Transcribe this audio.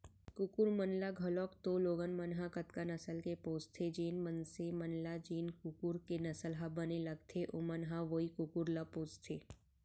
कुकुर मन ल घलौक तो लोगन मन ह कतका नसल के पोसथें, जेन मनसे मन ल जेन कुकुर के नसल ह बने लगथे ओमन ह वोई कुकुर ल पोसथें